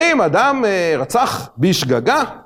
אם אדם רצח בשגגה